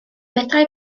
fedrai